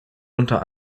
unter